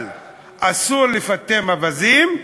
אבל אסור לפטם אווזים,